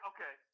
Okay